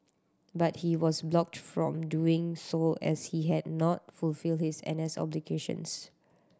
but he was blocked from doing so as he had not fulfilled his N S obligations